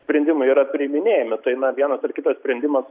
sprendimai yra priiminėjami tai na vienas ar kitas sprendimas